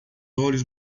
olhos